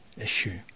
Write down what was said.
issue